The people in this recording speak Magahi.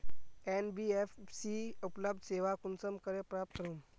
एन.बी.एफ.सी उपलब्ध सेवा कुंसम करे प्राप्त करूम?